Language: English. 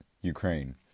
Ukraine